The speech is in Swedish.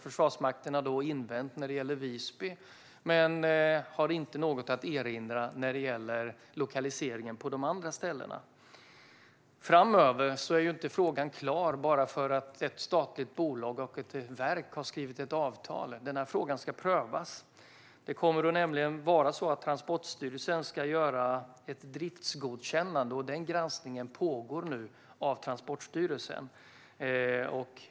Försvarsmakten invände när det gällde Visby men hade inget att erinra avseende lokaliseringen på de andra ställena. Frågan är inte klar bara för att ett statligt bolag och ett verk har skrivit ett avtal. Frågan ska prövas. Transportstyrelsen ska göra ett driftsgodkännande, och denna granskning pågår nu.